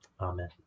Amen